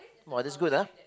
!wah! that's good ah